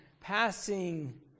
passing